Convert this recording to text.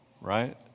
Right